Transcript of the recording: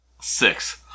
Six